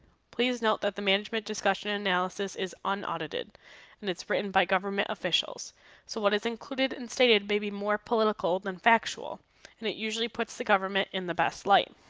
please note that the management discussion and analysis is unaudited and it's written by government officials so what is included and stated maybe more political than factual and it usually puts the government in the best light.